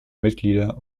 mitglieder